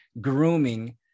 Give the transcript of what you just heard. grooming